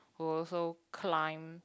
who also climb